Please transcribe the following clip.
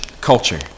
culture